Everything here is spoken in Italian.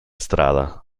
strada